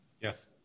Yes